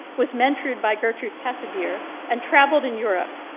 was mentored by gertrude kasebier, and traveled in europe.